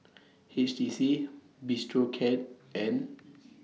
H T C Bistro Cat and